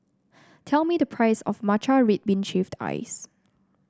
tell me the price of Matcha Red Bean Shaved Ice